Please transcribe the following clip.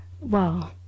Well